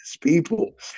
people